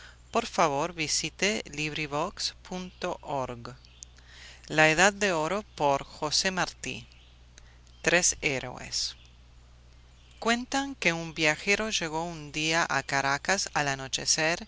todo el mundo lo oiga este hombre de la edad de oro fue mi amigo tres héroes cuentan que un viajero llegó un día a caracas al anochecer